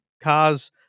cars